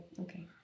Okay